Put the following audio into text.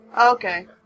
Okay